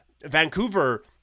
Vancouver